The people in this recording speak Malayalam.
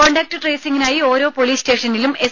കോണ്ടാക്ട് ട്രേസിങ്ങിനായി ഓരോ പൊലിസ് സ്റ്റേഷനിലും എസ്